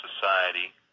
society